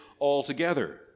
altogether